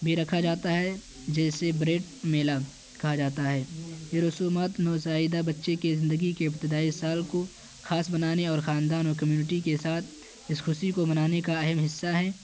بھی رکھا جاتا ہے جیسے بریڈ میلہ کہا جاتا ہے یہ رسومات نوزائیدہ بچے کے زندگی کے ابتدائی سال کو خاص بنانے اور خاندان اور کمیونٹی کے ساتھ اس خوشی کو منانے کا اہم حصہ ہے